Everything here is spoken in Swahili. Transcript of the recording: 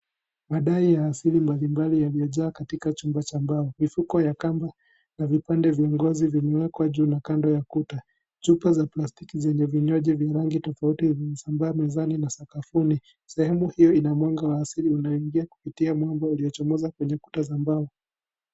Madai ya asili mbalimbali yaliyojaa katika chumba cha mbao. Mifuko ya kamba na vipande vya ngozi vimewekwa juu na kando ya kuta. Chupa za plastiki zenye vinywaji vya rangi tofauti zinasambaa mezani na sakafuni. Sehemu hio ina mwanga wa asili unaoingia kupitia mwanga uliochomoza kwenye kuta za mbao.